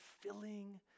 filling